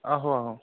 आहो आहो